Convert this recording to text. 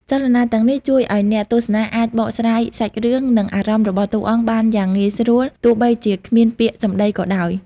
ចលនាទាំងនេះជួយឲ្យអ្នកទស្សនាអាចបកស្រាយសាច់រឿង និងអារម្មណ៍របស់តួអង្គបានយ៉ាងងាយស្រួល ទោះបីជាគ្មានពាក្យសម្តីក៏ដោយ។